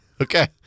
Okay